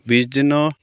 বিছদিনৰ